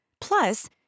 Plus